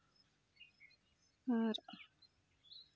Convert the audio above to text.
ᱟᱨ